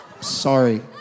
Sorry